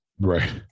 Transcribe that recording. Right